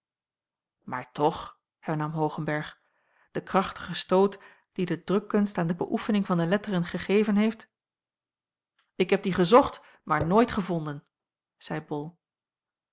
maar toch hernam hoogenberg de krachtige stoot dien de drukkunst aan de beöefening van de letteren gegeven heeft ik heb dien gezocht maar nooit gevonden zeî bol